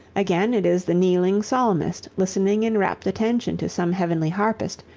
again it is the kneeling psalmist listening in rapt attention to some heavenly harpist,